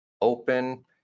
open